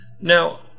Now